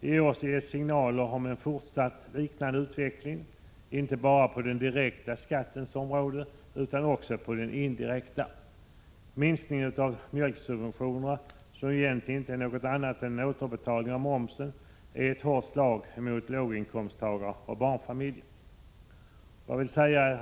I år ges signaler om en fortsatt liknande utveckling, inte bara på den direkta utan också på den indirekta skattens område. Minskningen av mjölksubventionen, som ju egentligen inte är någonting annat än en återbetalning av momsen, är ett hårt slag mot låginkomsttagare och barnfamiljer.